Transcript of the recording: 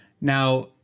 Now